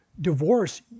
Divorce